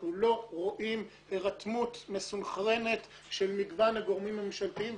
אנחנו לא רואים הירתמות מסונכרנת של מגוון הגורמים הממשלתיים.